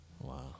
Wow